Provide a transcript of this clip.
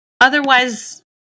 Otherwise